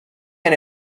and